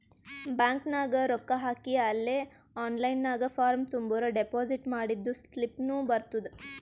bank ನಾಗ್ ರೊಕ್ಕಾ ಹಾಕಿ ಅಲೇ ಆನ್ಲೈನ್ ನಾಗ್ ಫಾರ್ಮ್ ತುಂಬುರ್ ಡೆಪೋಸಿಟ್ ಮಾಡಿದ್ದು ಸ್ಲಿಪ್ನೂ ಬರ್ತುದ್